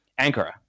Ankara